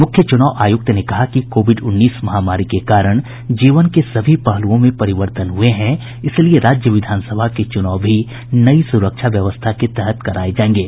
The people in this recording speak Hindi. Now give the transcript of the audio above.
मुख्य चूनाव आयुक्त ने कहा कि कोविड उन्नीस महामारी के कारण जीवन के सभी पहलुओं में परिवर्तन हुए हैं इसलिए राज्य विधानसभा के चुनाव भी नई सुरक्षा व्यवस्था के तहत कराये जायेंगे